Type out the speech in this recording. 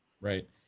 right